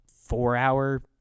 four-hour